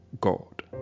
God